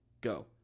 go